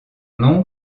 nom